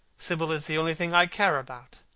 sibyl is the only thing i care about.